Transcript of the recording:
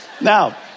Now